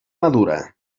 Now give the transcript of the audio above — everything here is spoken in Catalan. madura